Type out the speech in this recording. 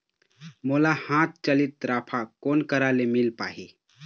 मोला हाथ चलित राफा कोन करा ले मिल पाही?